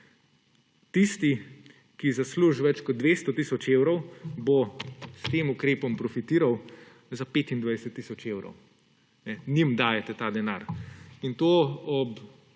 Tisti, ki zasluži več kot 200 tisoč evrov, bo s tem ukrepom profitiral za 25 tisoč evrov. Njim dajete ta denar. In to ob